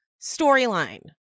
storyline